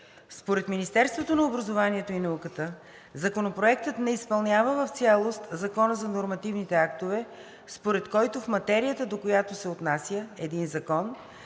Според Министерството на образованието и науката Законопроектът не изпълнява в цялост Закона за нормативните актове, според който в материята, до която се отнася, един закон